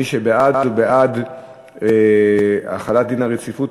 מי שבעד, הוא בעד החלת דין הרציפות.